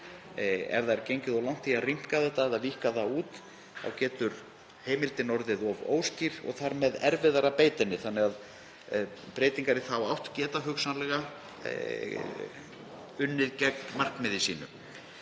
ræða. Ef gengið er of langt í að rýmka þetta eða víkka það út getur heimildin orðið of óskýr og þar með verður erfiðara að beita henni, þannig að breytingar í þá átt geta hugsanlega unnið gegn markmiði sínu.